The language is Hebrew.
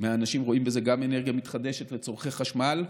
מהאנשים רואים גם בזה אנרגיה מתחדשת, לצורכי חשמל,